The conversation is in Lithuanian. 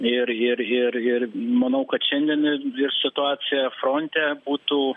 ir ir ir ir manau kad šiandien ir situacija fronte būtų